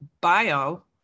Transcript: bio